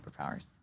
superpowers